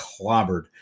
clobbered